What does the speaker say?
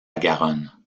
garonne